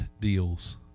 deals